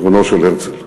גרונו של הרצל.